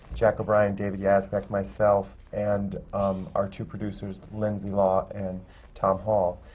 jack o'brien, david yasbeck, myself and our two producers, lindsay law and tom hall.